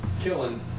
killing